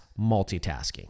multitasking